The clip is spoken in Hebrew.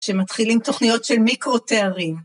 שמתחילים תוכניות של מיקרו תארים.